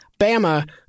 Bama